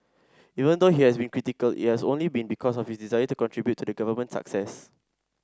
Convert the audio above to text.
even though he has been critical it has only been because of his desire to contribute to the government's success